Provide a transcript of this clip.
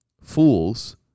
Fools